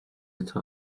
eti